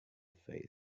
face